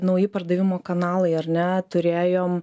nauji pardavimo kanalai ar ne turėjom